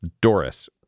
Doris